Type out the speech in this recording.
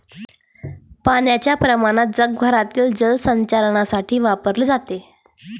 पाण्याचे प्रमाण जगभरातील जलचरांसाठी वापरले जाते